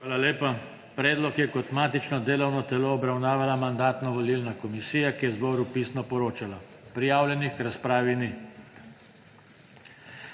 Hvala lepa. Predlog je kot matično delovno telo obravnavala Mandatno-volilna komisija, ki je zboru pisno poročala. Prijavljenih k razpravi ni.